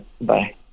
Bye